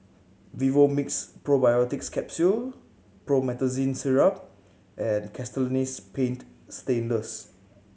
Vivomixx Probiotics Capsule Promethazine Syrup and Castellani's Paint Stainless